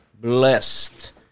blessed